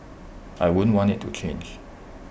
I wouldn't want IT to change